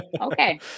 Okay